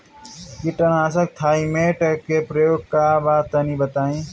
कीटनाशक थाइमेट के प्रयोग का बा तनि बताई?